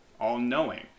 all-knowing